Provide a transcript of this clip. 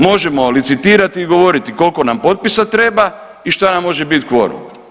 Možemo licitirati i govoriti koliko nam potpisa treba i šta nam može biti kvorum.